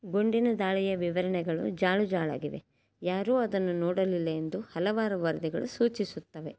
ಗುಂಡಿನ ದಾಳಿಯ ವಿವರಣೆಗಳು ಜಾಳುಜಾಳಾಗಿವೆ ಯಾರೂ ಅದನ್ನು ನೋಡಲಿಲ್ಲ ಎಂದು ಹಲವಾರು ವರದಿಗಳು ಸೂಚಿಸುತ್ತವೆ